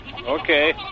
Okay